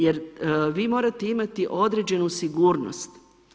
Jer vi morate imati određenu sigurnost.